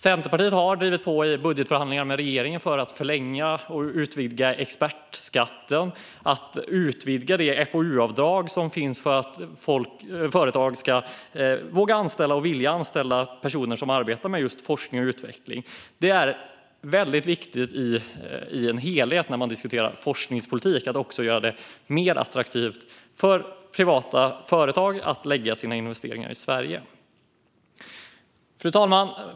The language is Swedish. Centerpartiet har drivit på i budgetförhandlingarna med regeringen för att förlänga och utvidga expertskatten och att utvidga det FoU-avdrag som finns för att företag ska våga och vilja anställa folk som arbetar med just forskning och utveckling. Det är även viktigt för helheten att forskningspolitiken gör det mer attraktivt för privata företag att lägga sina investeringar i Sverige. Fru talman!